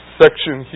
section